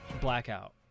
Blackout